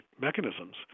mechanisms